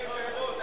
אדוני היושב-ראש,